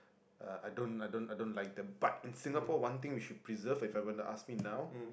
uh I don't I don't I don't like that but in Singapore one thing we should preserve if I want to ask me now